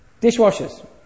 dishwashers